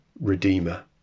Redeemer